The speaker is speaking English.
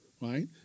right